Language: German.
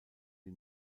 die